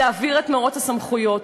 להעביר את מירוץ הסמכויות.